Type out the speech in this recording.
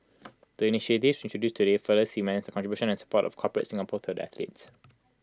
the initiatives introduced today further cements the contribution and support of corporate Singapore to the athletes